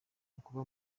ukuba